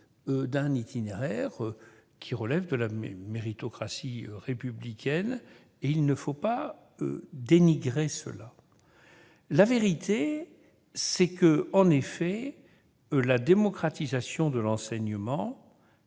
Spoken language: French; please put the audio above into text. d'un itinéraire relevant de la méritocratie républicaine ; il ne faut pas le dénigrer. La vérité, c'est que la démocratisation de l'enseignement